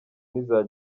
n’iza